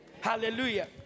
Hallelujah